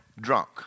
drunk